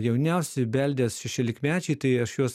jauniausi beldės šešiolikmečiai tai aš juos